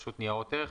רשות ניירות ערך,